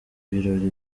birori